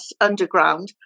underground